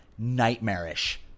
Nightmarish